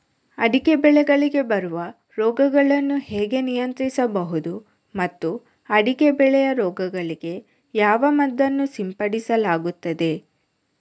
ಅಡಿಕೆ ಬೆಳೆಗಳಿಗೆ ಬರುವ ರೋಗಗಳನ್ನು ಹೇಗೆ ನಿಯಂತ್ರಿಸಬಹುದು ಮತ್ತು ಅಡಿಕೆ ಬೆಳೆಯ ರೋಗಗಳಿಗೆ ಯಾವ ಮದ್ದನ್ನು ಸಿಂಪಡಿಸಲಾಗುತ್ತದೆ?